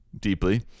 deeply